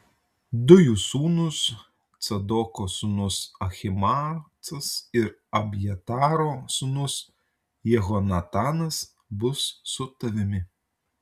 du jų sūnūs cadoko sūnus ahimaacas ir abjataro sūnus jehonatanas bus su tavimi